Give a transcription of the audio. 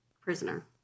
prisoner